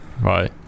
right